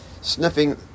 sniffing